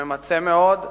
וממצה מאוד,